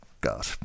God